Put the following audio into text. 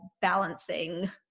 balancing